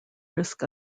risk